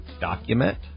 document